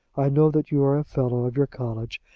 i know that you are a fellow of your college,